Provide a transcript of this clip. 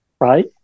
right